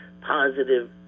positive